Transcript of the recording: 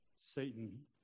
Satan